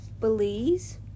Belize